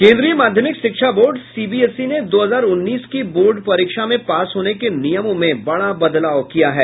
केंद्रीय माध्यमिक शिक्षा बोर्ड सीबीएसई ने दो हजार उन्नीस की बोर्ड परीक्षा में पास होने के नियमों में बड़ा बदलाव किया है